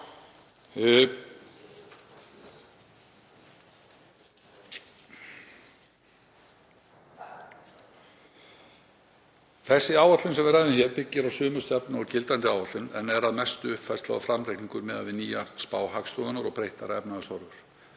Sú áætlun sem við ræðum hér byggir á sömu stefnu og gildandi áætlun en er að mestu uppfærsla og framreikningur miðað við nýja spá Hagstofunnar og breyttar efnahagshorfur.